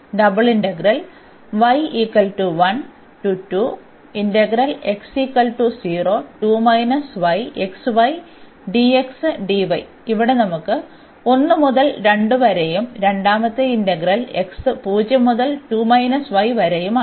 അതിനാൽ ഇവിടെ നമുക്ക് 1 മുതൽ 2 വരെയും രണ്ടാമത്തെ ഇന്റഗ്രൽ x 0 മുതൽ 2 y വരെയുമാണ്